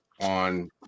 on